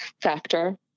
factor